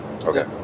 Okay